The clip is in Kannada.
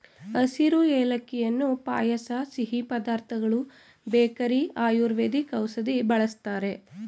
ಹಸಿರು ಏಲಕ್ಕಿಯನ್ನು ಪಾಯಸ ಸಿಹಿ ಪದಾರ್ಥಗಳು ಬೇಕರಿ ಆಯುರ್ವೇದಿಕ್ ಔಷಧಿ ಬಳ್ಸತ್ತರೆ